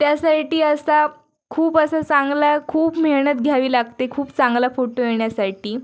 त्यासाठी असा खूप असा चांगला खूप मेहनत घ्यावी लागते खूप खूप चांगला फोटो येण्यासाठी